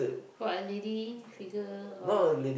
got a lady figure or